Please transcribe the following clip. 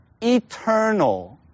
eternal